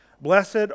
Blessed